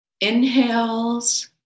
inhales